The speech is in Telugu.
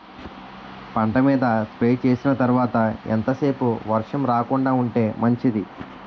పంట మీద స్ప్రే చేసిన తర్వాత ఎంత సేపు వర్షం రాకుండ ఉంటే మంచిది?